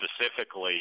specifically